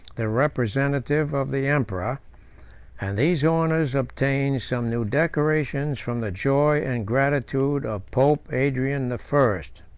the representative of the emperor and these honors obtained some new decorations from the joy and gratitude of pope adrian the first.